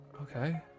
Okay